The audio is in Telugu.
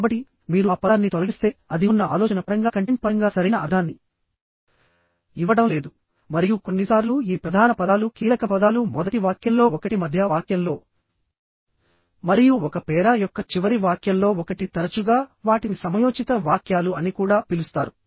కాబట్టి మీరు ఆ పదాన్ని తొలగిస్తే అది ఉన్న ఆలోచన పరంగా కంటెంట్ పరంగా సరైన అర్ధాన్ని ఇవ్వడం లేదు మరియు కొన్నిసార్లు ఈ ప్రధాన పదాలు కీలకపదాలు మొదటి వాక్యంలో ఒకటి మధ్య వాక్యంలో మరియు ఒక పేరా యొక్క చివరి వాక్యంలో ఒకటి తరచుగా వాటిని సమయోచిత వాక్యాలు అని కూడా పిలుస్తారు